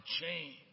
change